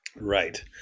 Right